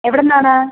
എവിടെ നിന്നാണ്